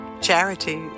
Charity